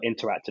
interacted